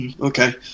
okay